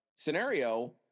Scenario